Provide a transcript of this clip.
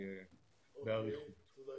תודה.